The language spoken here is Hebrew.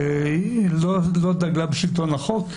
לא דגלה בשלטון החוק,